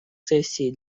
сессий